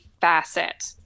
facet